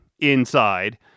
inside